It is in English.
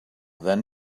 then